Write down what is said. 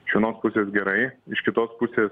iš vienos pusės gerai iš kitos pusės